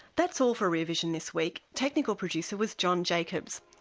that's all for rear vision this week. technical producer was john jacobs.